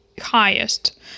highest